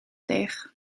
deeg